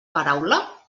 paraula